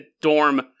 dorm